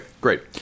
Great